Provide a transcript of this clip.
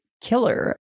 killer